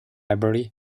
library